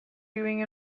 doing